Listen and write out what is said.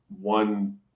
one